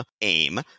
AIM